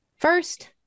First